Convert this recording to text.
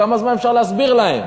כמה זמן אפשר להסביר להם?